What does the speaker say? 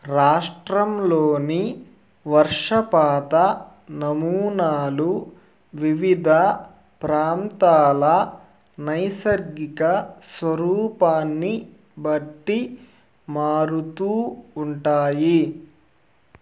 రాష్ట్రంలోని వర్షపాత నమూనాలు వివిధ ప్రాంతాల నైసర్గిక స్వరూపాన్ని బట్టి మారుతూ ఉంటాయి